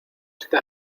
este